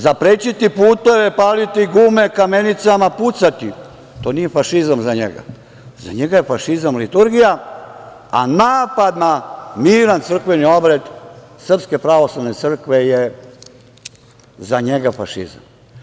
Zaprečiti puteve, paliti gume kamenicama, pucati, to nije fašizam za njega, za njega je fašizam liturgija, a napad na miran crkveni obred Srpske pravoslavne crkve je za njega fašizam.